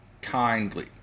kindly